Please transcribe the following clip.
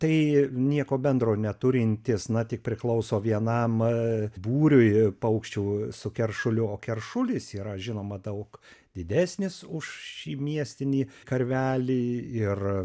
tai nieko bendro neturintis na tik priklauso vienam būriui paukščių su keršuliu o keršulis yra žinoma daug didesnis už šį miestinį karvelį ir